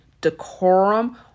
decorum